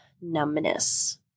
numbness